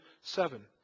Seven